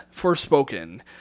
Forspoken